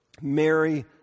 Mary